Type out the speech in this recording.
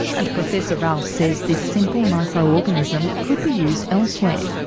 and professor ralph says this simple microorganism could be used elsewhere.